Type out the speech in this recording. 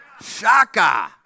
Shaka